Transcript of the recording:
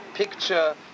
Picture